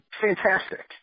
fantastic